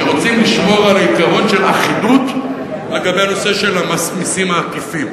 שרוצים לשמור על העיקרון של אחידות לגבי הנושא של המסים העקיפים.